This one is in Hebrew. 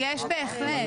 יש בהחלט.